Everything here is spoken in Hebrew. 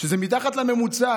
שזה מתחת לממוצע.